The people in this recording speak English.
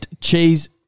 cheese